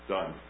Done